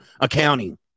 accounting